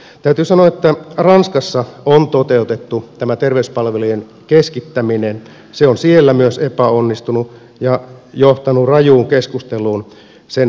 täytyy sanoa että ranskassa on toteutettu tämä terveyspalvelujen keskittäminen ja se on myös siellä epäonnistunut ja johtanut rajuun keskusteluun sen haitoista